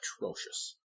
atrocious